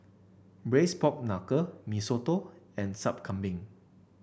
Braised Pork Knuckle Mee Soto and Sup Kambing